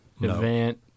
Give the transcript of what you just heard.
event